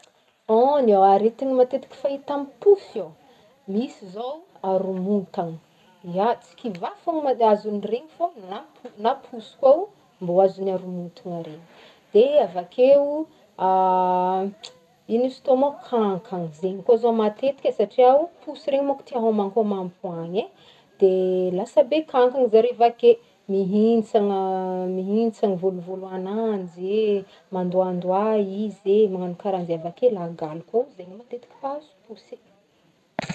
Ny aretigny matetiky fahita amin'ny posy ô, misy izao haromontana, ya tsy kivà fogna ma azon'ireny fô na- na posy koa mbô azon'ny haromontgna regny, dia avy akeo ino izy teo mo, kankana, zegny koa zao matetika satria posy regny monko tia homankomam-poagna e dia lasa be kankana zareo avy ake, mihintsagna- mihintsagny volovolo an'anjy e, mandohandoha izy e, managno karaha zay avy ake lagaly koa zegny matetiky mahazo posy.